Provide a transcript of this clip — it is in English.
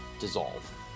dissolve